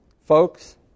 Folks